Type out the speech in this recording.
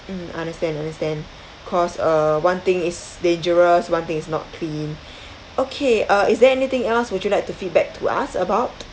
mm understand understand cause uh one thing is dangerous one thing is not clean okay uh is there anything else would you like to feedback to us about